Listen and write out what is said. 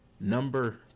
Number